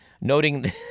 noting